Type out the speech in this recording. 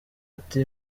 ati